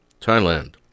Thailand